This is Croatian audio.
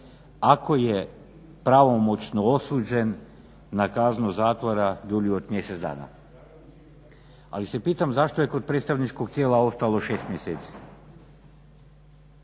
ako je pravomoćno osuđen na kaznu zatvora dulju od mjesec dana. Ali se pitam zašto je kod predstavničkog tijela ostalo 6 mjeseci?